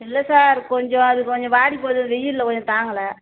இல்ல சார் கொஞ்சம் அது கொஞ்சம் வாடிப்போது வெயிலில் கொஞ்சம் தாங்கல